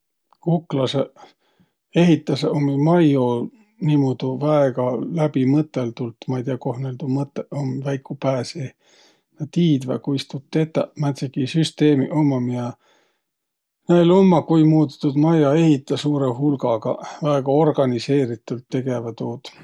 Kuklasõq ehitäseq ummi majjo niimuudu väega läbimõtõldult. Ma'i tiiäq, koh näil tuu mõtõq um väiku pää seeh. Nä tiidväq, kuis tuud tetäq. Määntsegiq süsteemiq ummaq, miä näil ummaq, kuimuudu tuud majja ehitäq suurõ hulgagaq. Väega organiseeritült tegeväq tuud.